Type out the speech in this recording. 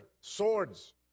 swords